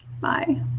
Bye